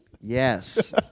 yes